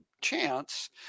chance